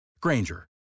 Granger